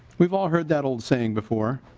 we've all heard that old saying before.